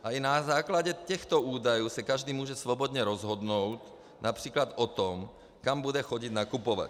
A i na základě těchto údajů se každý může svobodně rozhodnout například o tom, kam bude chodit nakupovat.